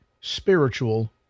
spiritual